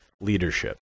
leadership